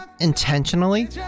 intentionally